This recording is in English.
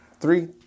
Three